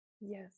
yes